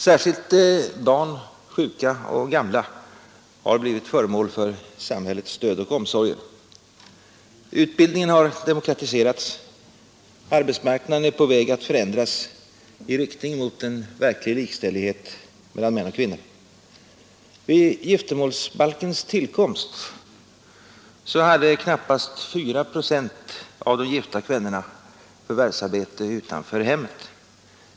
Särskilt barn, sjuka och gamla har blivit föremål för samhällets stöd och omsorger. Utbildningen har demokratiserats, arbetsmarknaden är på väg att förändras i riktning mot en verklig likställighet mellan män och kvinnor. Vid giftermålsbalkens tillkomst hade knappt 4 procent av de gifta kvinnorna förvärvsarbete utanför hemmet.